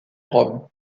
rome